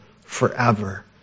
forever